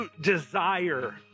desire